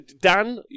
Dan